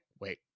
wait